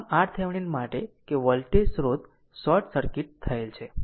આમ RThevenin માટે કે વોલ્ટેજ સ્રોત શોર્ટ સર્કિટ થયેલ છે